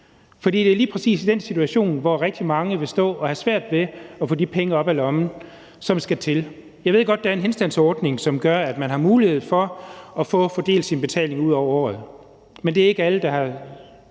For det er lige præcis i den situation, at rigtig mange vil stå og have svært ved at få de penge, som skal til, op af lommen. Jeg ved godt, at der er en henstandsordning, som gør, at man har mulighed for at få fordelt sin betaling ud over året, men det er ikke alle, der er